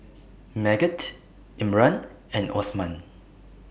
Megat Imran and Osman